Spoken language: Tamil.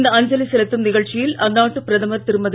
இந்த அஞ்சலி செலுத்தும் நிகழ்ச்சியில் அந்நாட்டுப் பிரதமர் திருமதி